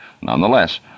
Nonetheless